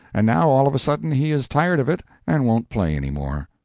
and now all of a sudden he is tired of it and won't play any more.